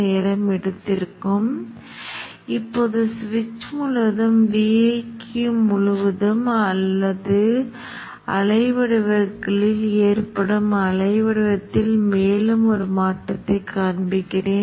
நம்மால் அத்தகைய செயலைச் செய்ய முடியுமா என்று பார்ப்போம் இதற்கிடையில் முதலில் நான் என்ன செய்வேன் இந்த பிளாட் விட்டுவிட்டு திரையை தெளிவாக்க வேண்டும் பிறகு இப்போது நாம் இங்கே மாற்றி அமைக்கலாம்